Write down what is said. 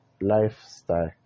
lifestyle